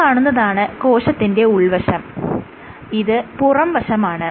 ഈ കാണുന്നതാണ് കോശത്തിന്റെ ഉൾവശം ഇത് പുറം വശമാണ്